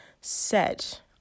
set